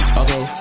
okay